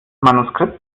manuskript